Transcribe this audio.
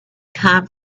come